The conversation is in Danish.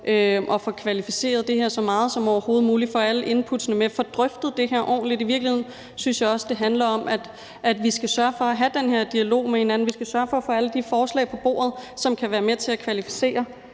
og får kvalificeret det her så meget som overhovedet muligt, får alle inputtene med, får drøftet det her ordentligt. I virkeligheden synes jeg også det handler om, at vi skal sørge for at have den her dialog med hinanden, at vi skal sørge for at få alle de forslag på bordet, som kan være med til at kvalificere